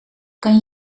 kan